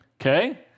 okay